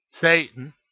Satan